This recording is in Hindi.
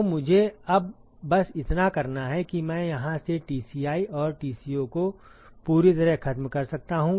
तो मुझे अब बस इतना करना है कि मैं यहां से Tci और Tco को पूरी तरह खत्म कर सकता हूं